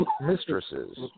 mistresses